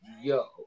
yo